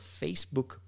Facebook